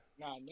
Nah